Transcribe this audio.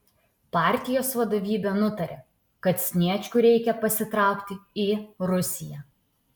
partijos vadovybė nutarė kad sniečkui reikia pasitraukti į rusiją